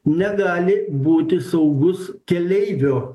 negali būti saugus keleivio